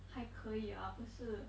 还可以啊不是